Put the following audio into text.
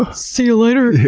ah see you later.